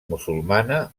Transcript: musulmana